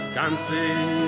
dancing